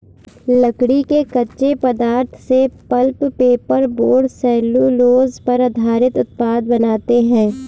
लकड़ी के कच्चे पदार्थ से paper, pulp, paper board, cellulose पर आधारित उत्पाद बनाते हैं